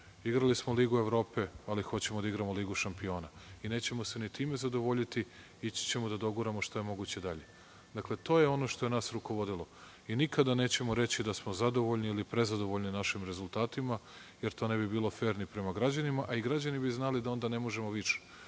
Igrali smo ligu Evrope, ali hoćemo da igramo ligu šampiona. Nećemo se ni time zadovoljiti, ići ćemo da doguramo što je moguće dalje. Dakle, to je ono što je nas rukovodilo. Nikada nećemo reći da smo zadovoljni ili prezadovoljni našim rezultatima, jer to ne bi bilo fer ni prema građanima, a i građani bi znali da onda ne možemo više.